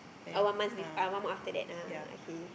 oh one month with uh one more after that ah okay